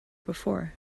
before